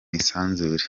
isanzure